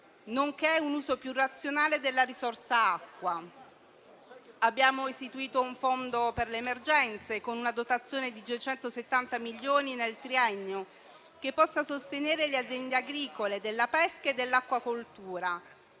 nonché un uso più razionale della risorsa acqua. Abbiamo istituito il Fondo per le emergenze, con una dotazione di 270 milioni nel triennio, che possa sostenere le aziende agricole della pesca e dell'acquacoltura